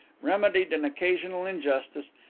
remedied an occasional injustice,